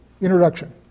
introduction